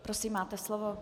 Prosím, máte slovo.